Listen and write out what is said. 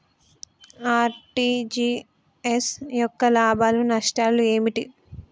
RTGS యొక్క లాభాలు నష్టాలు ఏమిటి?